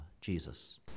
Jesus